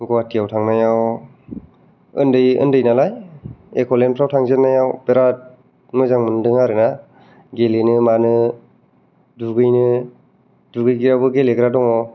गुवाहाटिआव थांनायआव उन्दै उन्दै नालाय एक'लेनफ्राव थांजेननाआव बिराद मोजां मोनदों आरो ना गेलेनो मानो दुगैनो दुगैग्राआवबो गेलेग्रा दङ